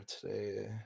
today